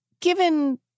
Given